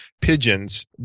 pigeons